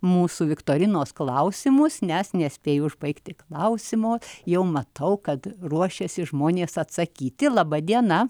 mūsų viktorinos klausimus nes nespėjo užbaigti klausimo jau matau kad ruošiasi žmonės atsakyti laba diena